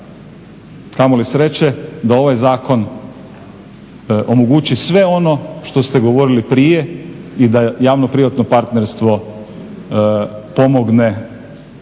Kamo li sreće da ovaj zakon omogući sve ono što ste govorili prije i da javno-privatno partnerstvo pomogne